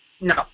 No